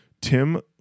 Tim